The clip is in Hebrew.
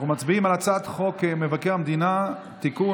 אנחנו מצביעים על הצעת חוק מבקר המדינה (תיקון,